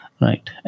right